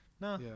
No